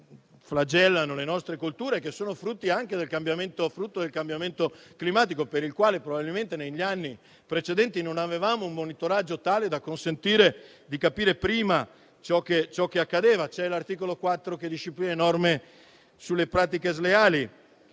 flagellano le nostre colture e che sono frutto anche del cambiamento climatico, per il quale probabilmente negli anni precedenti non avevamo un monitoraggio tale da consentire di capire prima ciò che accadeva. C'è l'articolo 4, che disciplina le norme sulle pratiche sleali.